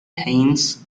haines